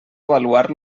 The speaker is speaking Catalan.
avaluar